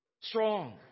strong